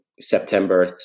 September